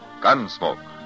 Gunsmoke